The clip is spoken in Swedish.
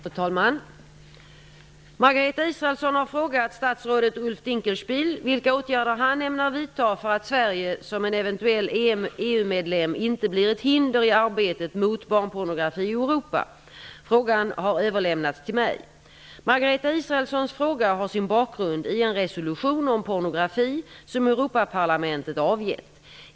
Fru talman! Margareta Israelsson har frågat statsrådet Ulf Dinkelspiel vilka åtgärder han ämnar vidta för att Sverige som en eventuell EU-medlem inte blir ett hinder i arbetet mot barnpornografi i Europa. Frågan har överlämnats till mig. Margareta Israelssons fråga har sin bakgrund i en resolution om pornografi som Europaparlamentet avgett.